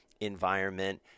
environment